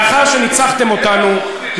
לאחר שניצחתם אותנו,